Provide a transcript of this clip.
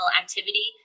activity